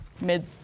mid